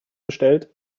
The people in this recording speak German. bestellt